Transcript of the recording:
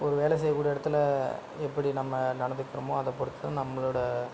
ஒரு வேலை செய்யக்கூடிய இடத்துல எப்படி நம்ம நடந்துக்கிறோமோ அதைப்பொறுத்து தான் நம்மளோடய